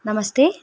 नमस्ते